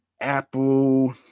Apple